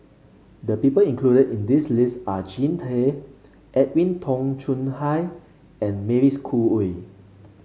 the people included in this list are Jean Tay Edwin Tong Chun Fai and Mavis Khoo Oei